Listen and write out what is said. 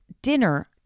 dinner